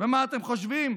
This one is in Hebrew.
ומה אתם חושבים?